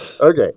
Okay